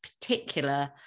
particular